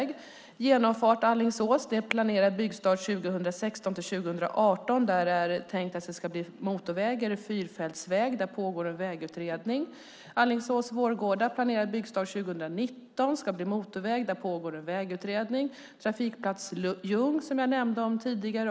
Genomfart Alingsås har planerad byggstart 2016-2018. Det ska bli motorväg eller fyrfältsväg, och det pågår en vägutredning. Sträckan Alingsås-Vårgårda har planerad byggstart 2019. Det ska bli motorväg, och där pågår en vägutredning. Vi har också Trafikplats Jung, som jag nämnde tidigare.